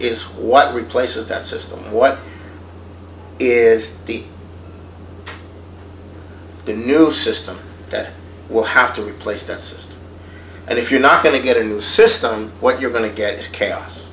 is what replaces that system what is the new system that will have to replace that and if you're not going to get a new system what you're going to get chaos